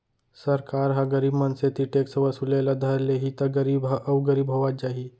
सरकार ह गरीब मनसे तीर टेक्स वसूले ल धर लेहि त गरीब ह अउ गरीब होवत जाही